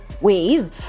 ways